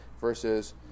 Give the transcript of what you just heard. versus